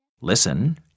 Listen